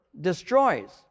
destroys